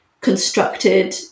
constructed